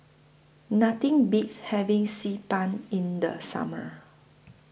Nothing Beats having Xi Ban in The Summer